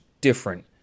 different